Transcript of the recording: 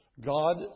God